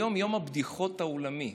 היום יום הבדיחות העולמי.